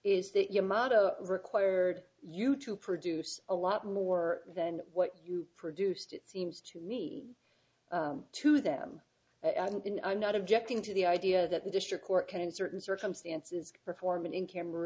is that your motto required you to produce a lot more than what you produced it seems to me to them and i'm not objecting to the idea that the district court can in certain circumstances perform an in camera